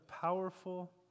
powerful